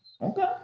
Okay